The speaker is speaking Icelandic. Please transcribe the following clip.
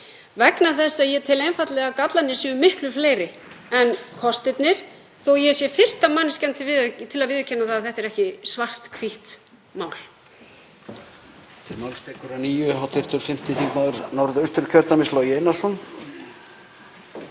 vegna þess að ég tel einfaldlega að gallarnir séu miklu fleiri en kostirnir, þótt ég sé fyrsta manneskjan til að viðurkenna að þetta er ekki svart/hvítt mál.